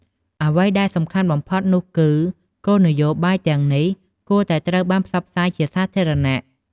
អ្វីដែលសំខាន់បំផុតនោះគឺ គោលនយោបាយទាំងនេះគួរតែត្រូវបានផ្សព្វផ្សាយជាសាធារណៈ។